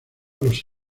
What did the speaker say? los